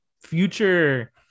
future